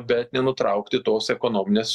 bet nenutraukti tos ekonominės